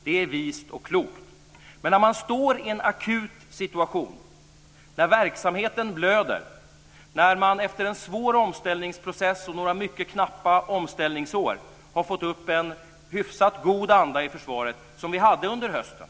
Det är vist och klokt, men man måste ju prioritera när man står i en akut situation, när verksamheten blöder, när man efter en svår omställningsprocess och några mycket knappa omställningsår har fått upp en hyfsat god anda i försvaret, som vi hade under hösten.